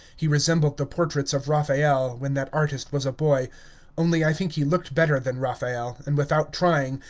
he resembled the portraits of raphael, when that artist was a boy only i think he looked better than raphael, and without trying,